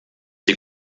die